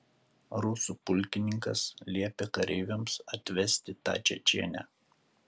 rusų pulkininkas liepė kareiviams atvesti tą čečėnę